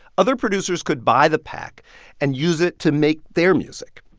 other producers could buy the pack and use it to make their music.